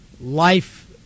life